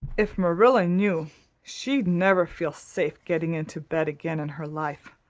if marilla knew she'd never feel safe getting into bed again in her life.